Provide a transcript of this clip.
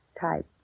type